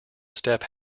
steppe